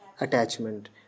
attachment